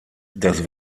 das